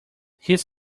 his